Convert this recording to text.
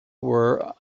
were